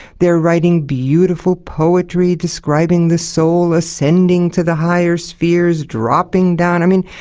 they're writing beautiful poetry describing the soul ascending to the higher spheres, dropping down. i mean,